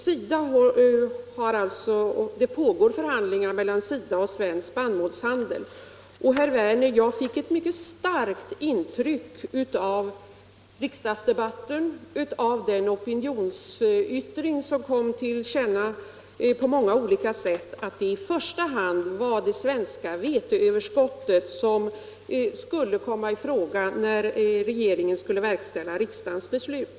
folk Det pågår förhandlingar mellan SIDA och Svensk Spannmålshandel och jag fick, herr Werner i Malmö, ett mycket starkt intryck av riksdagsdebatten och av den opinionsyttring som kom till känna på många olika sätt att det i första hand var det svenska veteöverskottet som skulle komma i fråga när regeringen skulle verkställa riksdagens beslut.